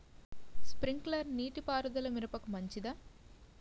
Sprinkler నీటిపారుదల మిరపకు మంచిదా?